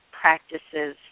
practices